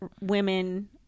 women